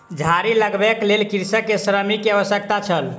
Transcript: झाड़ी लगबैक लेल कृषक के श्रमिक के आवश्यकता छल